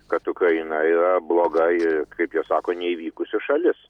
kad ukraina yra bloga ir kaip jie sako neįvykusi šalis